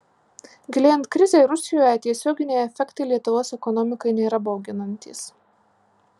gilėjant krizei rusijoje tiesioginiai efektai lietuvos ekonomikai nėra bauginantys